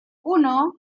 uno